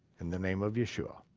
in the name of yeshua,